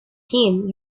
him